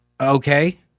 Okay